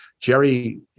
Jerry